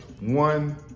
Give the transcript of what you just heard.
One